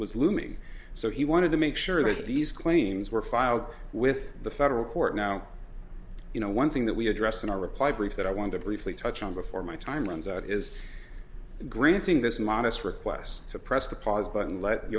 was looming so he wanted to make sure that these claims were filed with the federal court now you know one thing that we address in our reply brief that i want to briefly touch on before my time runs out is granting this modest request to press the pause